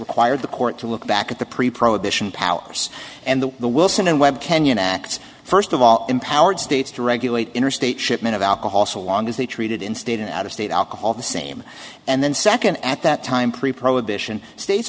required the court to look back at the pre prohibition powers and the the wilson and webb canyon act first of all empowered states to regulate interstate shipment of alcohol so long as they treated in state and out of state alcohol the same and then second at that time pre prohibition states